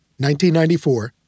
1994